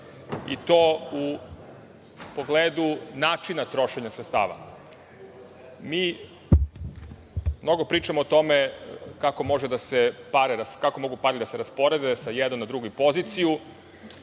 i to u pogledu načina trošenja sredstava. Mnogo pričamo o tome kako mogu pare da se rasporede sa jedne na drugu poziciju.